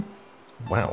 Wow